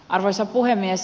arvoisa puhemies